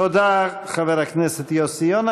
תודה, חבר הכנסת יוסי יונה.